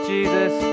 Jesus